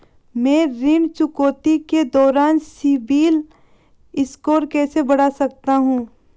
मैं ऋण चुकौती के दौरान सिबिल स्कोर कैसे बढ़ा सकता हूं?